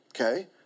Okay